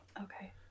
okay